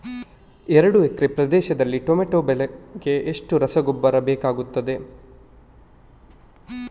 ಎರಡು ಎಕರೆ ಪ್ರದೇಶದಲ್ಲಿ ಟೊಮ್ಯಾಟೊ ಬೆಳೆಗೆ ಎಷ್ಟು ರಸಗೊಬ್ಬರ ಬೇಕಾಗುತ್ತದೆ?